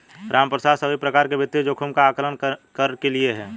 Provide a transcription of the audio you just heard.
रामप्रसाद सभी प्रकार के वित्तीय जोखिम का आंकलन कर लिए है